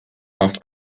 half